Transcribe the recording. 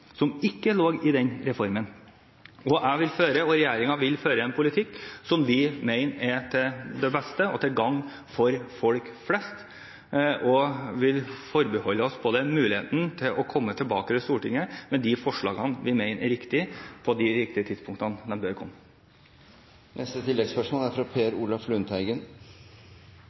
som ikke lå i den reformen. Jeg og regjeringen vil føre en politikk som vi mener er til det beste og til gagn for folk flest, og vil forbeholde oss muligheten til å komme tilbake til Stortinget med de forslagene vi mener er riktige, på de tidspunktene de bør komme. Per Olaf Lundteigen – til oppfølgingsspørsmål. Det er